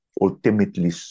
ultimately